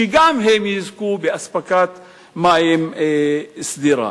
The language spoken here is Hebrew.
שגם הם יזכו לאספקת מים סדירה.